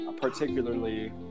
particularly